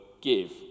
give